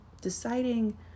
deciding